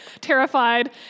terrified